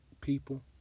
people